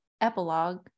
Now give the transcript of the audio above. epilogue